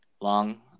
long